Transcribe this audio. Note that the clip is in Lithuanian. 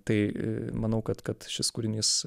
tai manau kad kad šis kūrinys